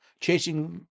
chasing